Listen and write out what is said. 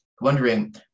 wondering